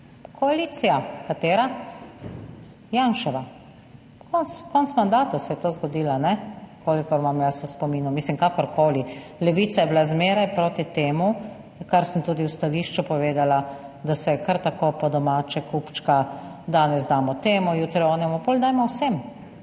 Koalicija. Katera? Janševa, konec mandata se je to zgodilo, kolikor imam jaz v spominu. Mislim, kakorkoli, Levica je bila zmeraj proti temu, kar sem tudi v stališču povedala, da se kar tako po domače kupčka, danes damo temu, jutri onemu, potem dajmo vsem.